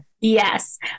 yes